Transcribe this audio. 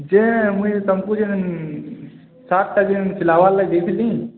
ଯେ ମୁଇଁ ତୁମକୁ ଯେନ୍ ସାର୍ଟଟା ଜେନ୍ ସିଲାବର୍ ଲାଗି ଦେଇଥିଲି